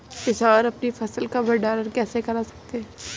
किसान अपनी फसल का भंडारण कैसे कर सकते हैं?